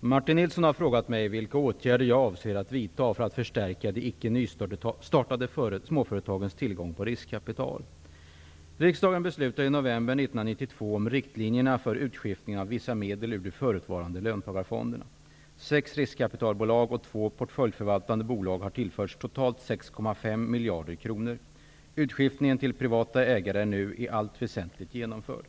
Martin Nilsson har frågat mig vilka åtgärder jag avser att vidta för att förstärka de icke nystartade småföretagens tillgång på riskkapital. Riksdagen beslutade i november 1992 om riktlinjer för utskiftningen av vissa medel ur de förutvarande löntagarfonderna. Sex riskkapitalbolag och två portföljförvaltande bolag har tillförts totalt 6,5 Utskiftningen till privata ägare är nu i allt väsentligt genomförd.